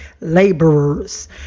laborers